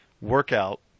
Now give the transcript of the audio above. workout